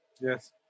Yes